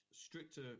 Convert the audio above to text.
stricter